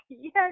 Yes